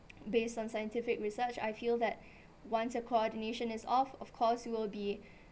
based on scientific research I feel that once a coordination is off of course you will be